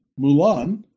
Mulan